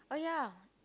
oh yeah